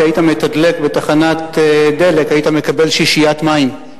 שהיית מתדלק בתחנת דלק ומקבל שישיית מים.